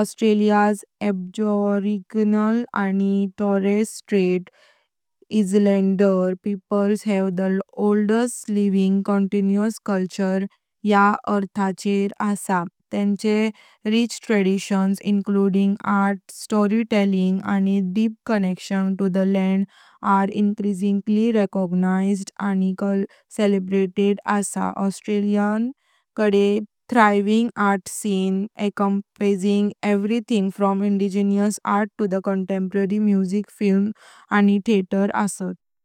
ऑस्ट्रेलियाच्या अॅबॉरिजिनल आणि Torres Strait Islander लोकांकडे याचा अर्ता चर जगातली सगळ्यात जुनी जीवनत व संस्कृति आहे। तेंच्या संपन्न परंपरा, ज्यामध्ये कला, गोष्टी सांगणं, आणि जमिनीसोबतची खोल नातं ह्यांचा समावेश आहे, ह्यांना वाढता ओळख आणि साजरा केला जातो असा। ऑस्ट्रेलियाकडे प्रगतीशील कला दृश्य, ज्यामध्ये इंडिजिनस आर्टपासून समकालीन संगीत, चित्रपट, आणि थिएटरचा समावेश आहे असा।